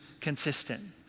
consistent